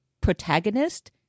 protagonist